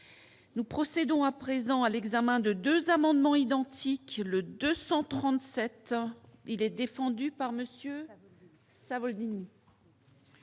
Nous procédons à présent à l'examen de 2 amendements identiques, le 237 il est défendu par monsieur